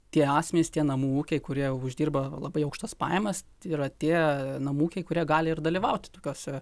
tie asmenys tie namų ūkiai kurie uždirba labai aukštas pajamas yra tie namų ūkiai kurie gali ir dalyvauti tokiose